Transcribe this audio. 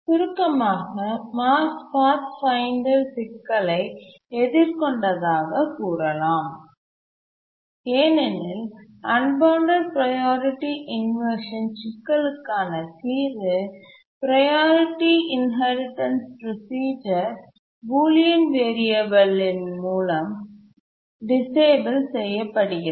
சுருக்கமாக மார்ச்பாத்ஃபைண்டர் சிக்கலை எதிர்கொண்டதாகக் கூறலாம் ஏனெனில் அன்பவுண்டட் ப்ரையாரிட்டி இன்வர்ஷன் சிக்கலுக்கான தீர்வு ப்ரையாரிட்டி இன்ஹெரிடன்ஸ் ப்ரோசீசர் பூலியன் வேரியபலின் மூலம் டிசேபிள் செய்யப்படுகிறது